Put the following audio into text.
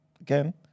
again